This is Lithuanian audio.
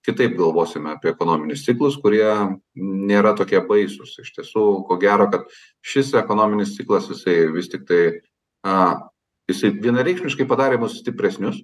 kitaip galvosime apie ekonominius ciklus kurie nėra tokie baisūs iš tiesų ko gero kad šis ekonominis ciklas jisai vis tiktai aaa jisai vienareikšmiškai padarė mus stipresnius